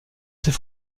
ses